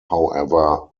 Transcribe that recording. however